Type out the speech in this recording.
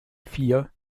vier